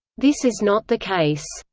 this is not the case.